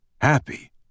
Happy